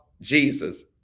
Jesus